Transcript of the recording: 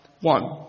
one